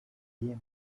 yemeye